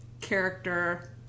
character